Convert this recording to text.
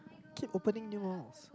keep opening new ones